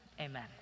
Amen